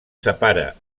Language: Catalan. separa